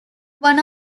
one